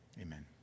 Amen